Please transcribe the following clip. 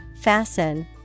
fasten